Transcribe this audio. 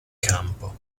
campo